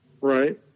Right